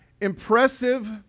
impressive